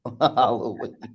Halloween